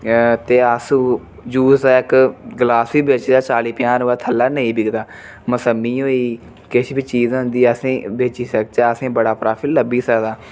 ते अस जूस दा इक ग्लास बी बेचचै चाली पन्जाह् रपेऽ कोला थल्लै नेईं बिकदा मौसम्मी होई गेई किश बी चीज़ होंदी अस बेची सकचै ते असें बड़ा प्राफिट लब्भी सकदा